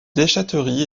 déchèterie